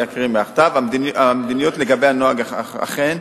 אני אקריא מהכתב: המדיניות לגבי הנוהג היכן